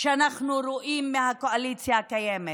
שאנחנו רואים מהקואליציה הקיימת,